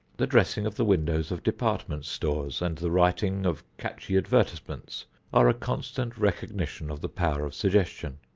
the dressing of the windows of department stores and the writing of catchy advertisements are a constant recognition of the power of suggestion.